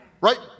Right